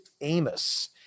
Amos